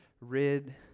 rid